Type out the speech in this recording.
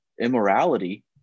immorality